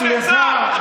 סליחה.